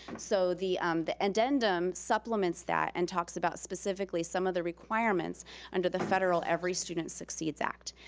so the the addendum supplements that and talks about specifically some of the requirements under the federal every student succeeds act.